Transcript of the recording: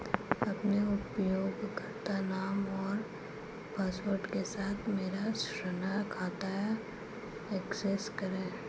अपने उपयोगकर्ता नाम और पासवर्ड के साथ मेरा ऋण खाता एक्सेस करें